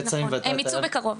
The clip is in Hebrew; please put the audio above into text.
נכון, הם יצאו בקרוב.